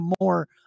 more